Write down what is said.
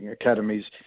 academies